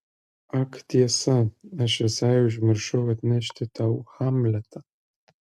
ak tiesa aš visai užmiršau atnešti tau hamletą